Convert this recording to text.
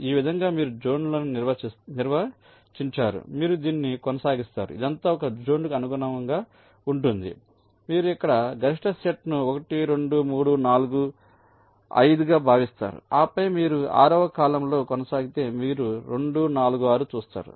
ఈ విధంగా మీరు జోన్లను నిర్వచించారు మీరు దీన్ని కొనసాగిస్తారు ఇదంతా ఒక జోన్కు అనుగుణంగా ఉంటుంది మీరు ఇక్కడ గరిష్ట సెట్ను 1 2 3 4 5 గా భావిస్తారు ఆపై మీరు ఆరవ కాలమ్లో కొనసాగితే మీరు 2 4 6 చూస్తారు